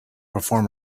perform